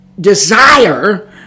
Desire